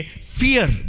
fear